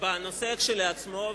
של הנושא כשלעצמו,